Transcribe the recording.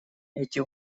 эти